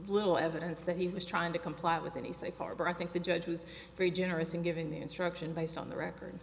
little evidence that he was trying to comply with any safe harbor i think the judge was very generous in giving the instruction based on the record